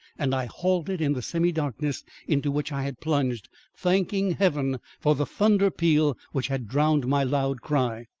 and i halted in the semidarkness into which i had plunged, thanking heaven for the thunder peal which had drowned my loud cry.